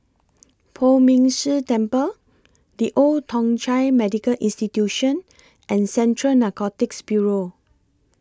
Poh Ming Tse Temple The Old Thong Chai Medical Institution and Central Narcotics Bureau